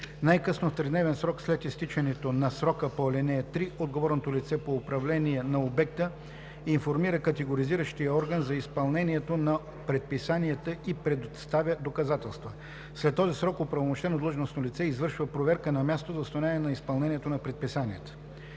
Най-късно в тридневен срок след изтичането на срока по ал. 3 отговорното лице по управление на обекта информира категоризиращия орган за изпълнението на предписанията и представя доказателства. След този срок оправомощено длъжностно лице извършва проверка на място за установяване на изпълнението на предписанията.“